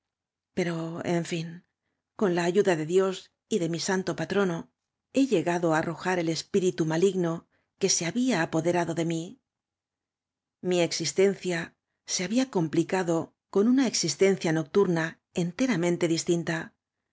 pero en ñn con la ayuda de dios y de mi santo patrono he llegado á drrojar espíritu maligno que ae habfa apoderado de mí mi existencia se había com icado con una existencia nocturoa enteramente distinta